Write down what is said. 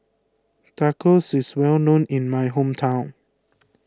Tacos is well known in my hometown